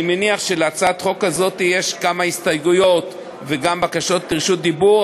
אני מניח שלהצעת החוק הזאת יש כמה הסתייגויות וגם בקשות לרשות דיבור,